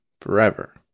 forever